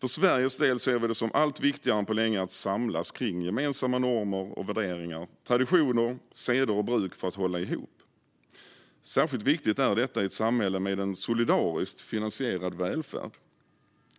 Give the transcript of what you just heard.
För Sveriges del ser vi det som viktigare än på länge att samlas kring gemensamma normer och värderingar, traditioner, seder och bruk för att hålla ihop. Särskilt viktigt är detta i ett samhälle med en solidariskt finansierad välfärd,